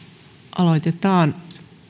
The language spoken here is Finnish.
aloitetaan